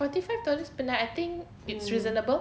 forty five dollars per night I think it's reasonable